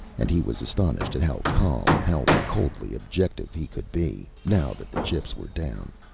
and he was astonished at how calm, how coldly objective he could be, now that the chips were down.